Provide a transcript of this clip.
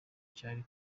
cyari